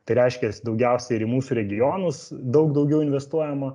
tai reiškias daugiausiai ir į mūsų regionus daug daugiau investuojama